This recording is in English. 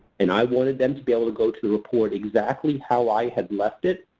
and i wanted them to be able to go to the report exactly how i have left it,